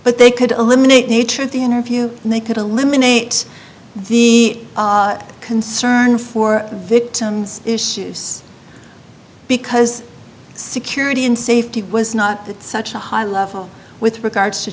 but they could eliminate nature of the interview and they could eliminate the concern for victims issues because security and safety was not such a high level with regards to